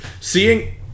Seeing